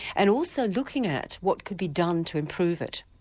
and also looking at what could be done to improve it.